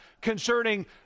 concerning